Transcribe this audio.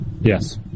Yes